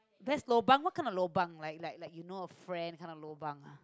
best lobang what kind of lobang like like like you know a friend kind of lobang ah